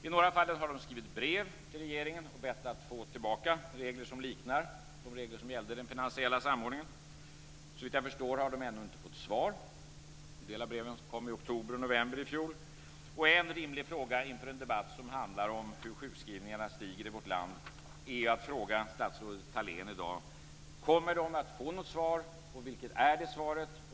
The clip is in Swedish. I några fall har de skrivit brev till regeringen och bett att få tillbaka regler som liknar de regler som gällde den finansiella samordningen. Såvitt jag förstår har de ännu inte fått svar. En del av breven kom i oktober och november i fjol. Inför en debatt som handlar om varför antalet sjukskrivningar stiger i vårt land är det rimligt att fråga statsrådet Thalén: Kommer de att få något svar? Vilket är det svaret?